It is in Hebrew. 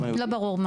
לא ברור.